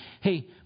Hey